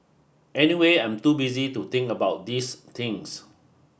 anyway I'm too busy to think about these things